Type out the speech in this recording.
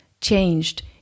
changed